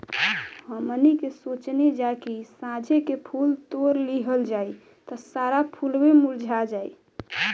हमनी के सोचनी जा की साझे के फूल तोड़ लिहल जाइ त सारा फुलवे मुरझा जाइ